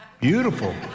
beautiful